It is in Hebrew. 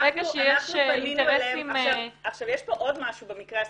ברגע שיש אינטרסים -- יש פה עוד משהו במקרה הספציפי.